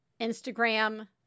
Instagram